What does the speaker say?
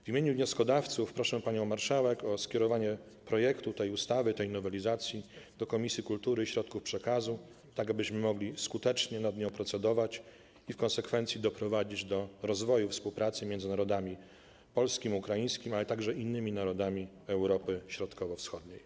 W imieniu wnioskodawców proszę panią marszałek o skierowanie projektu tej ustawy, tej nowelizacji do Komisji Kultury i Środków Przekazu, tak abyśmy mogli skutecznie nad nią procedować i w konsekwencji doprowadzić do rozwoju współpracy między narodami polskim, ukraińskim, ale także innymi narodami Europy Środkowo-Wschodniej.